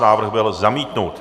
Návrh byl zamítnut.